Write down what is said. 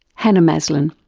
hannah maslen.